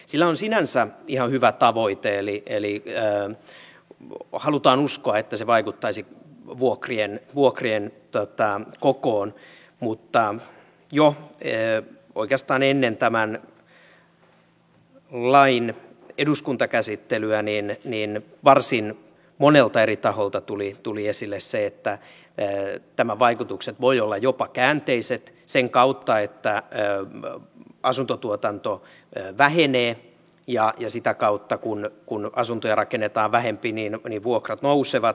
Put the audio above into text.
sillä on sinänsä ihan hyvä tavoite eli halutaan uskoa että se vaikuttaisi vuokrien kokoon mutta jo oikeastaan ennen tämän lain eduskuntakäsittelyä varsin monelta eri taholta tuli esille se että tämän vaikutukset voivat olla jopa käänteiset sen kautta että asuntotuotanto vähenee ja sitä kautta kun asuntoja rakennetaan vähempi vuokrat nousevat